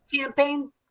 campaign